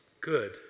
good